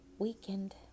Weekend